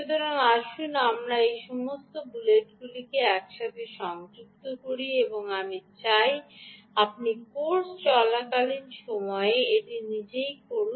সুতরাং আসুন আমরা এই সমস্ত বুলেটগুলিকে একসাথে সংযুক্ত করি এবং আমি চাই আপনি কোর্স চলাকালীন সময়ে এটি নিজেই করুন